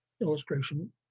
illustration